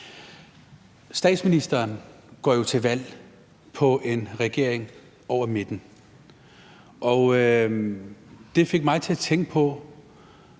Statsministeren går jo til valg på en regering over midten. Det fik mig til at tænke på,